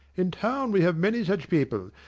in town we have many such people.